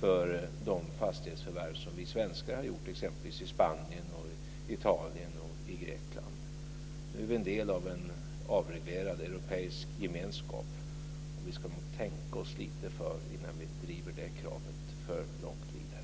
för de fastighetsförvärv som vi svenskar gjort exempelvis i Spanien, Italien och Grekland. Nu är vi en del av en avreglerad europeisk gemenskap. Vi ska nog tänka oss lite för innan vi driver det kravet för långt vidare.